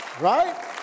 Right